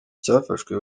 cyafashwe